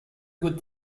good